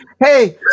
Hey